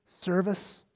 service